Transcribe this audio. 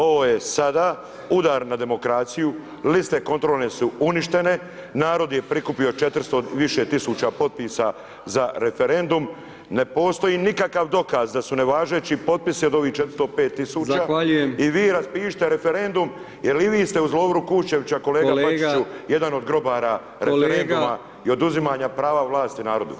Ovo je sada udar na demokraciju, liste kontrolne su uništene, narod je prikupio 400, više tisuća potpisa za referendum, ne postoji nikakav dokaz da su nevažeći potpisi od ovih 405 tisuća i vi raspišete referendum jer i vi ste uz Lovru Kuščevića, kolega Bačiću, [[Upadica Brkić: Zahvaljujem kolega.]] jedan od grobara referenduma i oduzimanja prava vlasti naroda.